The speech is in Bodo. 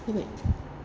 जाबाय